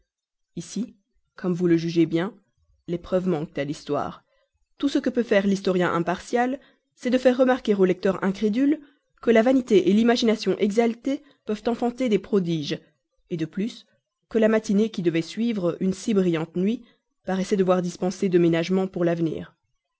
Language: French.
ici comme vous jugez bien les preuves manquant à l'histoire tout ce que peut faire l'historien impartial c'est de faire remarquer au lecteur incrédule que la vanité l'imagination exaltées peuvent enfanter des prodiges de plus que la matinée qui devait suivre une si brillante nuit paraissait devoir dispenser de ménagement pour l'avenir